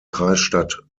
kreisstadt